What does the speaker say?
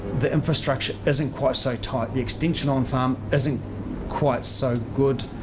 the infrastructure isn't quite so tight. the extension on-farm isn't quite so good,